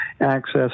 access